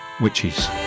Witches